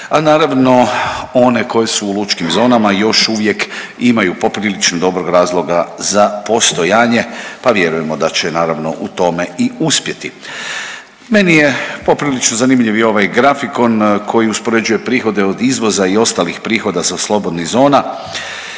a naravno one koji su u lučkim zonama još uvijek imaju poprilično dobrog razloga za postojanje, pa vjerujemo da će naravno u tome i uspjeti. Meni je poprilično zanimljiv i ovaj grafikon koji uspoređuje prihode od izvoza i ostalih prihoda sa slobodnih zona.